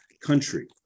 country